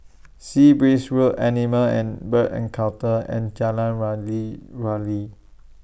Sea Breeze Road Animal and Bird Encounters and Jalan Wali Wali